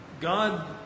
God